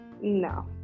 no